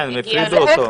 כן, הפרידו אותו.